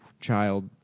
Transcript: Child